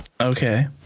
Okay